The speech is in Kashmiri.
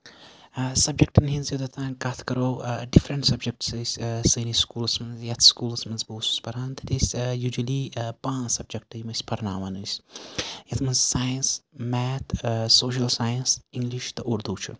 سَبجکٹن ہِنز یوٚتانۍ کَتھ کرو ڈِفرنٹ سَبجکٹٕس ٲسۍ سٲنِس سکوٗلَس منٛز یَتھ سکوٗلَس منٛز بہٕ اوسُس پَران تَتہِ ٲسۍ یوٗجؤلی پانٛژھ سَبجکٹ یِم أسۍ پَرناوان ٲسۍ یَتھ منٛز science math social science English تہٕ اردوٗ چھُ